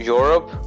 Europe